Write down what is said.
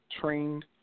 trained